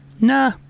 nah